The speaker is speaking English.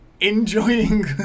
enjoying